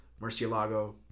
Murcielago